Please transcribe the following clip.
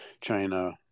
China